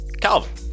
Calvin